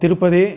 Tirupati